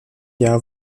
jahr